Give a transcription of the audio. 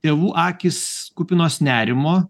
tėvų akys kupinos nerimo